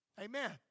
Amen